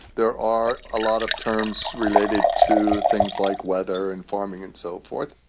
there are a lot of terms related to things like weather and farming and so forth.